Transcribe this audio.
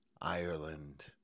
Ireland